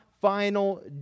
final